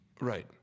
Right